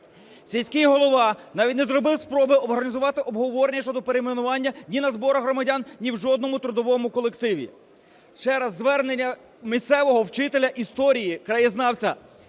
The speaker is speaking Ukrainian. Сільський голова навіть не зробив спроби організувати обговорення щодо перейменування ні на зборах громадян, ні в жодному трудовому колективі. Ще раз, звернення місцевого вчителя історії, краєзнавця.